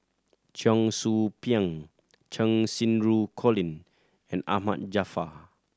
Cheong Soo Pieng Cheng Xinru Colin and Ahmad Jaafar